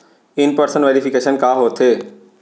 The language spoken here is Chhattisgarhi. इन पर्सन वेरिफिकेशन का होथे?